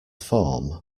form